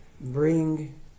Bring